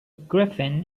griffin